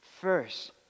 first